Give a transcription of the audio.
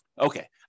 Okay